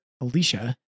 Alicia